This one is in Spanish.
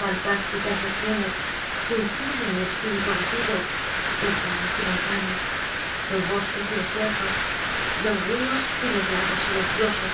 fantásticas regiones fingían de mi espíritu abatido los valles y montañas los bosques y desiertos los ríos y los lagos silenciosos